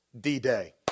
D-Day